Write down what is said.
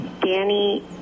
danny